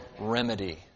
remedy